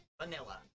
vanilla